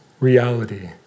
Reality